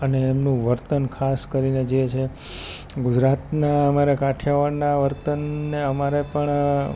અને એમનું વર્તન ખાસ કરીને જે છે ગુજરાતનાં અમારે કાઠિયાવાડનાં વર્તનને અમારે પણ